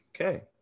Okay